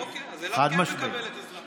אוקיי, אז אילת כן מקבלת עזרה.